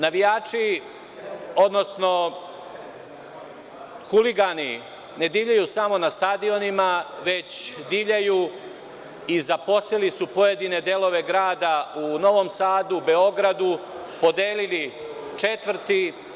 Navijači, odnosno huligani ne divljaju samo na stadionima, već divljaju i zaposeli su pojedine delove grada u Novom Sadu, Beogradu, podelili četvrti.